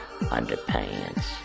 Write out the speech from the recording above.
underpants